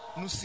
no